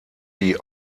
die